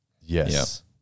Yes